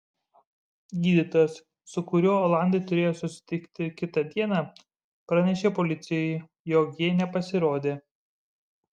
gydytojas su kuriuo olandai turėjo susitikti kitą dieną pranešė policijai jog jie nepasirodė